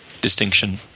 distinction